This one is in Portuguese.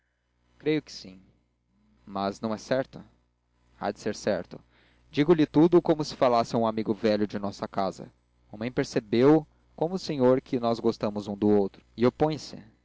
creio que sim mas não é certo há de ser certo digo-lhe tudo como se falasse a um amigo velho de nossa casa mamãe percebeu como o senhor que nós gostamos um do outro e opõe se